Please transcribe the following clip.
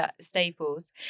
staples